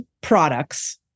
products